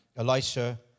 Elisha